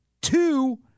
Two